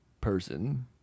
person